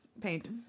paint